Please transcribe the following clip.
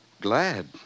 glad